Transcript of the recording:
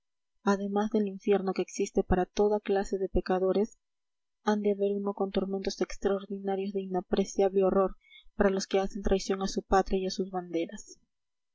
además del infierno que existe para toda clase de pecadores ha de haber uno con tormentos extraordinarios de inapreciable horror para los que hacen traición a su patria y a sus banderas